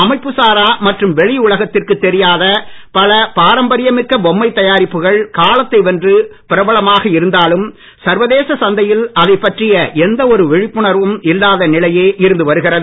அமைப்பு சாரா மற்றும் வெளியுலகத்திற்கு தெரியாத பல பாரம்பரியமிக்க பொம்மை தாயாரிப்புகள் காலத்தை வென்று பிரபலமாக இருந்தாலும் சர்வதேச சந்தையில் அதைப்பற்றிய எந்த ஒரு விழிப்புணர்வும் இல்லாத நிலையே இருந்து வருகிறது